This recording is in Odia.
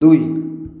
ଦୁଇ